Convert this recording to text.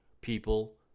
people